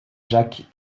jacques